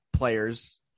players